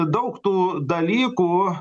daug tų dalykų